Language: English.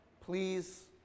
please